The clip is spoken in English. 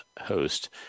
host